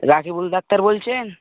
Rakibul doctor বলছেন